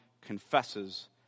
confesses